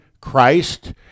Christ